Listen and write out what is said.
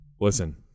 Listen